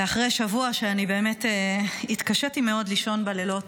ואחרי שבוע שבאמת התקשיתי מאוד לישון בו בלילות